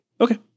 Okay